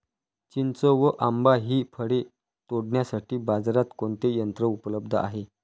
चिंच व आंबा हि फळे तोडण्यासाठी बाजारात कोणते यंत्र उपलब्ध आहे?